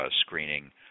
screening